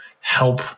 help